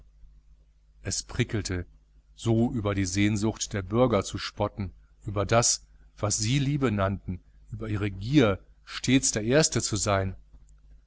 es prickelte so über die sehnsucht der bürger zu spotten über das was sie liebe nannten über ihre gier stets der erste zu sein